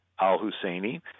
al-Husseini